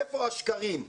איפה השקרים?